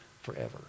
forever